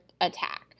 attack